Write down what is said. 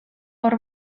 hor